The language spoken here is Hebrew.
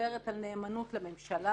מדברת על נאמנות לממשלה,